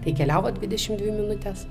tai keliavo dvdiešimt dvi minutes